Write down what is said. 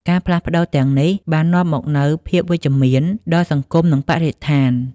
ការផ្លាស់ប្តូរទាំងនេះបាននាំមកនូវភាពវិជ្ជមានដល់សង្គមនិងបរិស្ថាន។